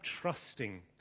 trusting